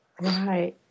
Right